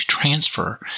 Transfer